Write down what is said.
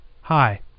hi